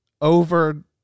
Over